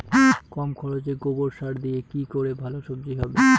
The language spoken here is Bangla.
কম খরচে গোবর সার দিয়ে কি করে ভালো সবজি হবে?